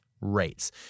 rates